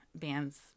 bands